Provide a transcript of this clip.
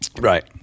Right